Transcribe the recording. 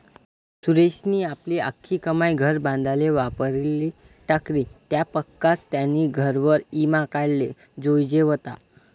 सुरेशनी आपली आख्खी कमाई घर बांधाले वापरी टाकी, त्यानापक्सा त्यानी घरवर ईमा काढाले जोयजे व्हता